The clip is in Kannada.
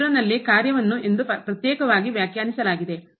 0 ನಲ್ಲಿ ಕಾರ್ಯವನ್ನು ಎಂದು ಪ್ರತ್ಯೇಕವಾಗಿ ವ್ಯಾಖ್ಯಾನಿಲಾಗಿದೆ